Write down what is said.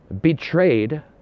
betrayed